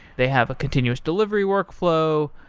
they have a continuous delivery workflow.